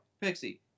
Pixie